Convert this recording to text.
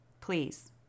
Please